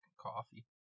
coffee